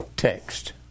text